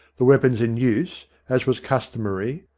the weapons in use, as was customary,